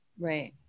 right